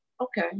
Okay